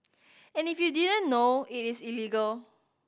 and if you didn't know it is illegal